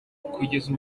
kugeza